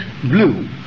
blue